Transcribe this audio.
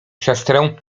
siostrę